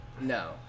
no